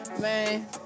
Man